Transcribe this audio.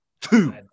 Two